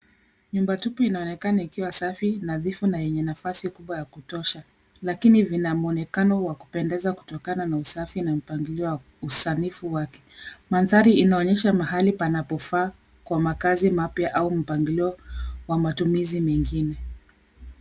Nyumba tupu inaonekana ikiwa safi, nadhifu na yenye nafasi kubwa ya kutosha lakini vina mwonekano wa kupendeza kutokana na usafi na mpangilio wa usanifu wake. Mandhari inaonyesha mahali panapofaa kwa makaazi mapya au mpangilio wa matumizi mengine.